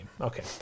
Okay